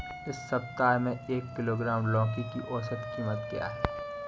इस सप्ताह में एक किलोग्राम लौकी की औसत कीमत क्या है?